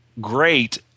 great